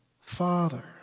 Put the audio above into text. father